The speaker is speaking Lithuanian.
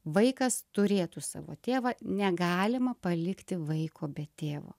vaikas turėtų savo tėvą negalima palikti vaiko be tėvo